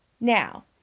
Now